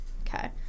okay